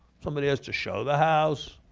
somebody has to show the house.